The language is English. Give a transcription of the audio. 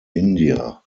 india